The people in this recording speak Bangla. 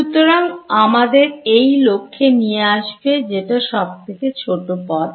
সুতরাং আমাদের একই লক্ষ্যে নিয়ে আসবে যেটা সবথেকে ছোট পথ